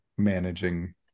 managing